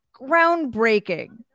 groundbreaking